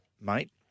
mate